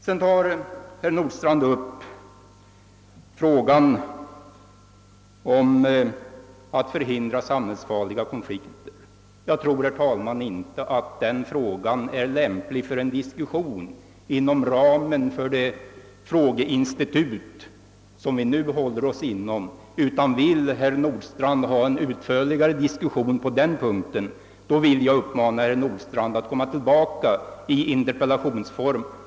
Sedan tar herr Nordstrandh upp frågan om att förhindra samhällsfarliga konflikter. Jag tror inte, herr talman, att den frågan lämpar sig för en diskussion inom ramen för frågeinstitutet. Önskar herr Nordstrandh en utförligare diskussion på den punkten, vill jag uppmana honom att komma tillbaka i interpellationsform.